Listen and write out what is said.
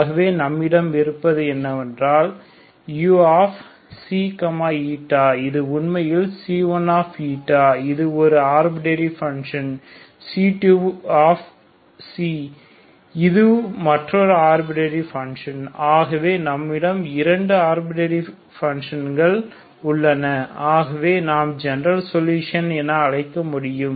ஆகவே நம்மிடம் இருப்பது என்னவென்றால் uξη இது உண்மையில் C1இது ஒரு ஆர்பிட்டரி ஃபங்ஷன் C2 இது மற்றொரு ஆர்பிட்டரி ஃபங்ஷன் ஆகவே நம்மிடம் 2 ஆர்பிட்டரி ஃபங்ஷன்கள் உள்ளன ஆகவே நாம் ஜெனரல் சொல்யூஷன் என அழைக்க முடியும்